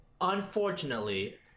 unfortunately